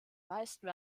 meisten